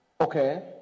Okay